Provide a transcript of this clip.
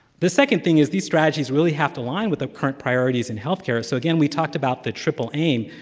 the second thing is these strategies really have to align with the current priorities in healthcare, so, again, we talked about the triple aim,